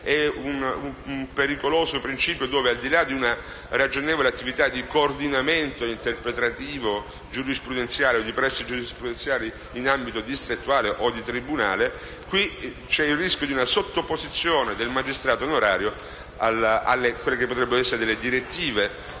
di un pericoloso principio che, al di là di una ragionevole attività di coordinamento interpretativo, giurisprudenziale o di prassi giurisprudenziale in ambito distrettuale o di tribunale, implica il rischio di una sottoposizione del magistrato onorario alle direttive